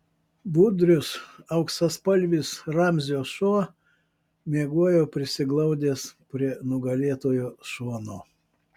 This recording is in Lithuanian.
budrius auksaspalvis ramzio šuo miegojo prisiglaudęs prie nugalėtojo šono